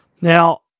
Now